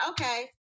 okay